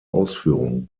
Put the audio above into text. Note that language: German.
ausführung